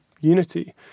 Unity